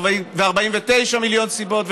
ו-49 מיליון סיבות,